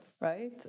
right